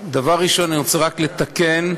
דבר ראשון, אני רוצה רק לתקן: